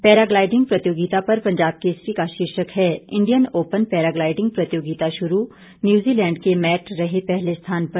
paragliding प्रतियोगिता पर पंजाब केसरी का शीर्षक है इंडियन ओपन पैराग्लाइडिंग प्रतियोगिता शुरू न्यूजीलैंड के मैट रहे पहले स्थान पर